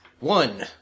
One